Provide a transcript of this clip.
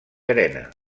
arena